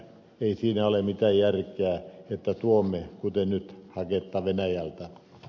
ei siinä ole mitään järkeä että tuomme kuten nyt haketta venäjältä